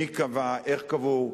מי קבע, איך קבעו,